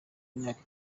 imyaka